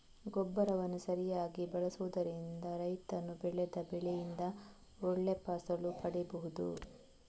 ಗೊಬ್ಬರವನ್ನ ಸರಿಯಾಗಿ ಬಳಸುದರಿಂದ ರೈತರು ಬೆಳೆದ ಬೆಳೆಯಿಂದ ಒಳ್ಳೆ ಫಸಲು ಪಡೀಬಹುದು